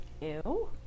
ew